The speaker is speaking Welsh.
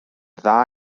dda